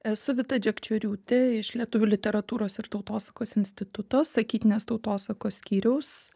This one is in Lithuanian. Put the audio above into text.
esu vita džekčioriūtė iš lietuvių literatūros ir tautosakos instituto sakytinės tautosakos skyriaus